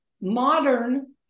modern